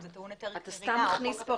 אתה מכניס פה